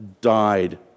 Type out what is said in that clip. died